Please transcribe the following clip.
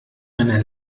meiner